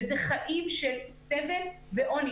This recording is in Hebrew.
ואלה חיים של סבל ועוני.